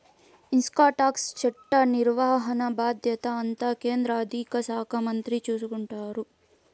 income tax చట్ట నిర్వహణ బాధ్యత అంతా కేంద్ర ఆర్థిక శాఖ మంత్రి చూసుకుంటారు